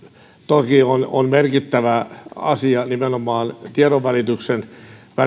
toki on on merkittävä asia nimenomaan tiedonvälityksen